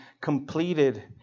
completed